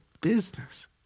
Business